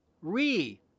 Re